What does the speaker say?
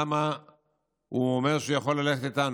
למה הוא אומר שהוא יכול ללכת איתנו.